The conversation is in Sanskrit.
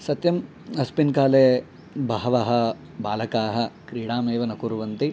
सत्यम् अस्मिन् काले बहवः बालकाः क्रीडाम् एव न कुर्वन्ति